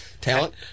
talent